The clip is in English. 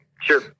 Sure